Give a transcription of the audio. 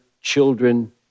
children